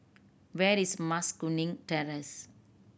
where is Mas Kuning Terrace